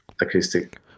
acoustic